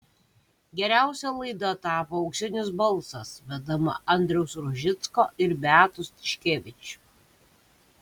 geriausia laida tapo auksinis balsas vedama andriaus rožicko ir beatos tiškevič